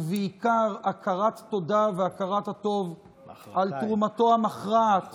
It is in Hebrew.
ובעיקר הכרת תודה והכרת הטוב על תרומתו המכרעת